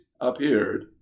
appeared